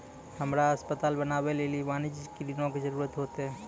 हमरा अस्पताल बनाबै लेली वाणिज्यिक ऋणो के जरूरत होतै